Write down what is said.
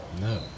No